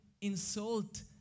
insult